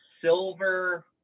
silver –